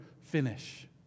finish